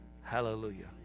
Hallelujah